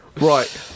Right